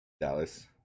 Dallas